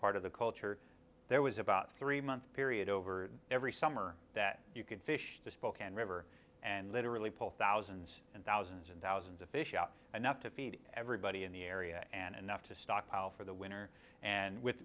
part of the culture there was about three month period over every summer that you could fish the spokane river and literally pull thousands and thousands and thousands of fish out and up to feed everybody in the area and enough to stockpile for the winter and with